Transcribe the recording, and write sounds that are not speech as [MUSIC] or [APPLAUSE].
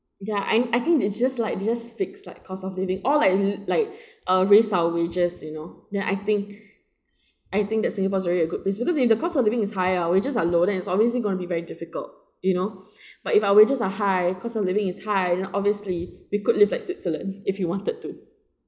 ya and I think it just like because fix like cost of living all like like [BREATH] err raise our wages you know then I think I think that singapore is really a good place because if the cost of living is higher wages are lower then it's obviously going to be very difficult you know [BREATH] but if our wages are high cost of living is high then obviously we could live at switzerland if you wanted to